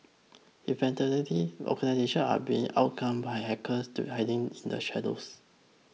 evidently the organisations are being outgunned by hackers to hiding in the shadows